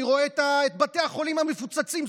אני רואה את בתי החולים המפוצצים.